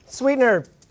sweetener